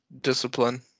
discipline